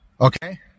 Okay